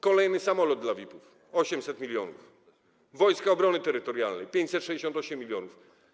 Kolejny samolot dla VIP-ów - 800 mln, Wojska Obrony Terytorialnej - 568 mln.